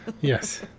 yes